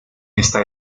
esta